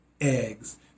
eggs